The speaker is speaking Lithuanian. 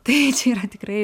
tai čia yra tikrai